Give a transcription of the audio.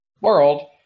world